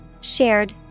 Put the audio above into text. Shared